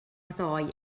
ddoe